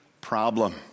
problem